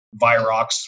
Virox